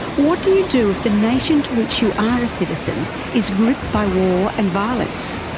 what do you do if the nation to which you are a citizen is griped by war and violence,